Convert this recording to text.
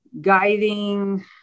guiding